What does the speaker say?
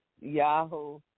Yahoo